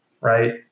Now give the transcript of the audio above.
right